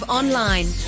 online